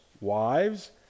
wives